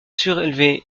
surélevée